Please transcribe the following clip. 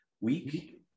Week